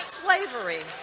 slavery